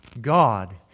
God